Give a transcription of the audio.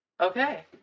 okay